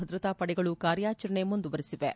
ಭದ್ರತಾ ಪಡೆಗಳು ಕಾರ್ಯಾಚರಣೆ ಮುಂದುವರಿಸಿವೆ